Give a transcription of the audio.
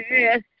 yes